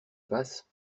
passe